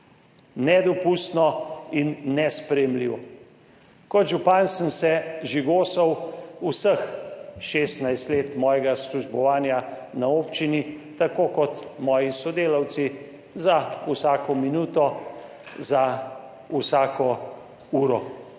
Nedopustno in nesprejemljivo. Kot župan sem se žigosal vseh 16 let mojega službovanja na občini tako kot moji sodelavci za vsako minuto, za vsako uro